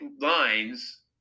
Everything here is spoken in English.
lines